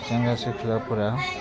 सेंग्रा सिख्लाफ्रा